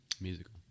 Musical